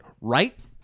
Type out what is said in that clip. right